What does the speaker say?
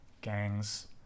gangs